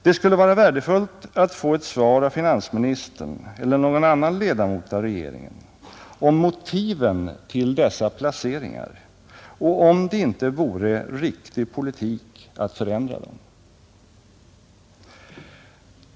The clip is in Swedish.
Det skulle vara värdefullt att få ett svar av finansministern eller av någon annan ledamot av regeringen om motiven till dessa placeringar, och om det inte vore en riktig politik att förändra dem.